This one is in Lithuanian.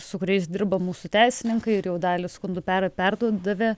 su kuriais dirba mūsų teisininkai ir jau dalį skundų per perduodavę